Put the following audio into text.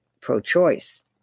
pro-choice